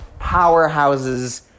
powerhouses